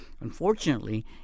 unfortunately